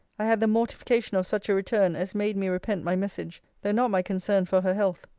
i had the mortification of such a return, as made me repent my message, though not my concern for her health.